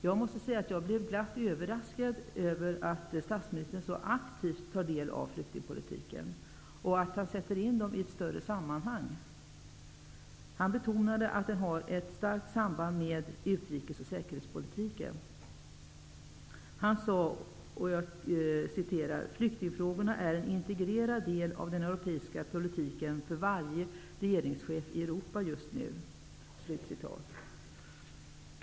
Jag måste säga att jag blev glatt överraskad över att statsministern så aktivt tar del av flyktingpolitiken och att han sätter in de frågorna i ett större sammanhang. Han betonade att flyktingpolitiken har ett starkt samband med utrikes och säkerhetspolitiken och sade: ''Flyktingfrågorna är en integrerad del av den europeiska politiken för varje regeringschef i Europa just nu.''